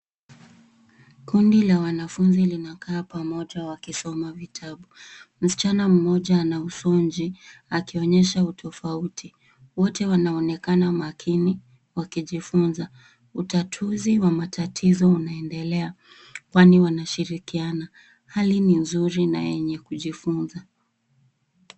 Kundi la wanafunzi linakaa pamoja wakisoma vitabu. Msichana mmoja anausonji akionyesha utofauti. Wote wanaonekana makini wakijifunza. Utatuzi wa matatizo unaendelea kwani wanashirikiana. Hali ni nzuri na yenye kujifunza.